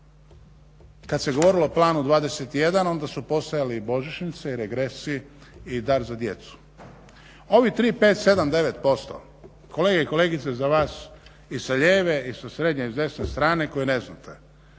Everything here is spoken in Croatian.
Kad se govorilo o planu 21. onda su postojali i božićnice i regresi i dar za djecu. Ovi 3, 5, 7 i 9 posto kolege i kolegice za vas i sa lijeve i sa srednje i s desne strane koji ne znate.